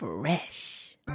Fresh